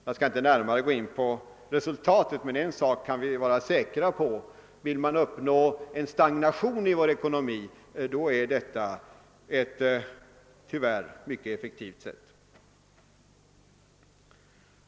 Jag skall inte närmare försöka beskriva resultatet, men en sak kan vi vara säkra på: vill man uppnå en stagnation i vår ekonomi, så är detta ett tyvärr mycket effektivt sätt.